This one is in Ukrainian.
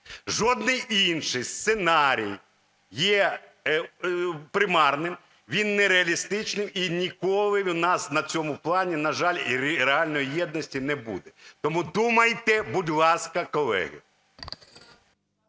Жоден інший сценарій є примарним, він нереалістичний і ніколи у нас на цьому плані, на жаль, реальної єдності не буде. Тому думайте, будь ласка, колеги!